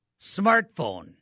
smartphone